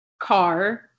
car